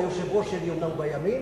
היושב-ראש שלי אומנם בימין,